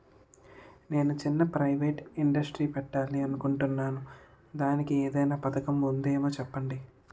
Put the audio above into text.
నేను చిన్న private industry పెట్టాలి అనుకుంటున్నా దానికి ఏదైనా పథకం ఉందేమో చెప్పండి?